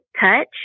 touch